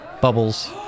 bubbles